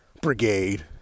brigade